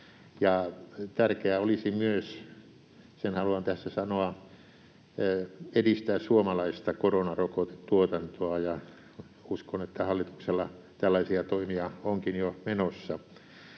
tässä sanoa — edistää suomalaista koronarokotetuotantoa, ja uskon, että hallituksella tällaisia toimia onkin jo menossa.